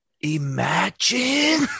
Imagine